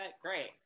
Great